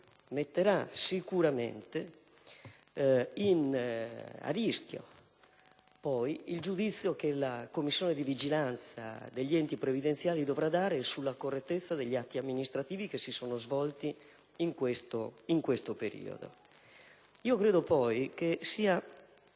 metterà a rischio il giudizio che la Commissione di vigilanza degli enti previdenziali dovrà dare sulla correttezza degli atti amministrativi che si sono svolti in questo periodo. Credo poi sia